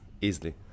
easily